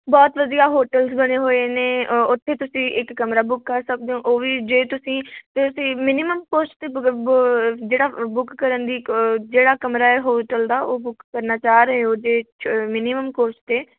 ਬਹੁਤ ਵਧੀਆ ਹੋਟਲਸ ਬਣੇ ਹੋਏ ਨੇ ਉੱਥੇ ਤੁਸੀਂ ਇੱਕ ਕਮਰਾ ਬੁੱਕ ਕਰ ਸਕਦੇ ਹੋ ਉਹ ਵੀ ਜੇ ਤੁਸੀਂ ਤੁਸੀਂ ਮਿਨੀਮਮ ਕੋਸਟ 'ਤੇ ਬ ਬ ਜਿਹੜਾ ਅ ਬੁੱਕ ਕਰਨ ਦੀ ਕ ਜਿਹੜਾ ਕਮਰਾ ਹੈ ਹੋਟਲ ਦਾ ਉਹ ਬੁੱਕ ਕਰਨਾ ਚਾਹ ਰਹੇ ਹੋ ਜੇ ਚ ਮਿਨੀਮਮ ਕੋਸਟ 'ਤੇ